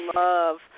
love